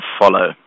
follow